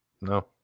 No